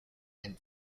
and